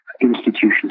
institutions